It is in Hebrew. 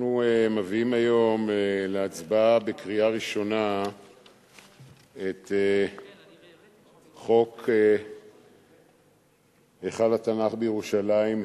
אנחנו מביאים היום להצבעה בקריאה ראשונה את חוק היכל התנ"ך בירושלים,